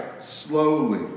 slowly